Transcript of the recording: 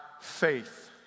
faith